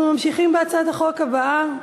אנחנו ממשיכים להצעת החוק הבאה: